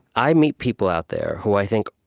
i meet people out there who, i think,